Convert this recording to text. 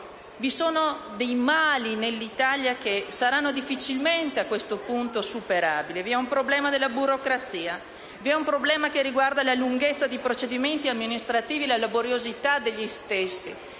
Vi sono mali nell'Italia che saranno difficilmente superabili, a questo punto. Vi è un problema nella burocrazia; un problema che riguarda la lunghezza dei procedimenti amministrativi e la laboriosità degli stessi;